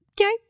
okay